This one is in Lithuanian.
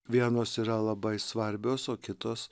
vienos yra labai svarbios o kitos